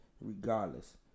Regardless